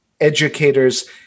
educators